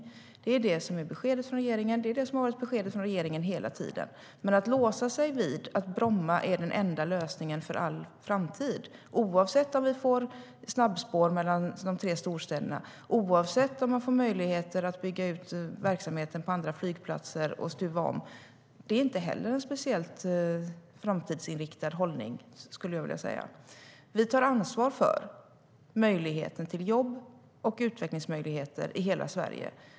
Det är beskedet från regeringen. Det har varit beskedet från regeringen hela tiden. Men att låsa sig vid att Bromma är den enda lösningen för all framtid, oavsett om vi får snabbspår mellan de tre storstäderna och oavsett om man får möjlighet att bygga ut verksamheten på andra flygplatser och stuva om, är inte heller en speciellt framtidsinriktad hållning. Vi tar ansvar för möjligheterna till jobb och utveckling i hela Sverige.